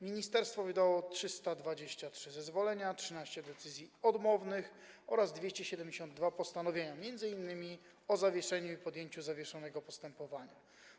Ministerstwo wydało 323 zezwolenia, 13 decyzji odmownych oraz 272 postanowienia, m.in. o zawieszeniu i podjęciu zawieszonego postępowania.